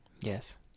Yes